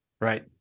right